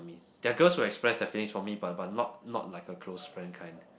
there are girls who express their feelings for me but but not not like a close friend kind